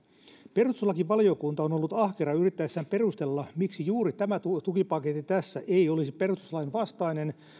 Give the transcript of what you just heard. perustuslakivaliokunta on ollut ahkera yrittäessään perustella miksi juuri tämä tukipaketti tässä ei olisi perustuslain vastainen